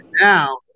Now